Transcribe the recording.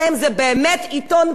ולא במודל הנוכחי,